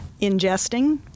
ingesting